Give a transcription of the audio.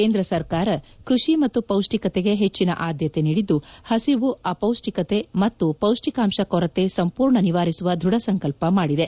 ಕೇಂದ್ರ ಸರ್ಕಾರ ಕೃಷಿ ಮತ್ತು ಪೌಷ್ಪಿಕತೆಗೆ ಹೆಚ್ಚಿನ ಆದ್ನತೆ ನೀಡಿದ್ದು ಹಸಿವು ಅಪೌಷ್ಪಿಕತೆ ಮತ್ತು ಪೌಷ್ಟಿಕಾಂಶ ಕೊರತೆ ಸಂಪೂರ್ಣ ನಿವಾರಿಸುವ ದ್ವಧಸಂಕಲ್ಲ ಮಾಡಿದೆ